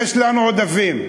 יש לנו עודפים.